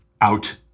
out